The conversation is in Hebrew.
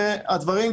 הדברים,